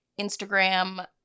Instagram